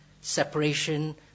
separation